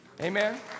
Amen